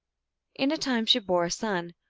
in time she bore a son.